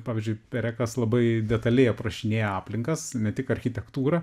pavyzdžiui perekas labai detaliai aprašinėja aplinkas ne tik architektūrą